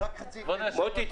מוטי,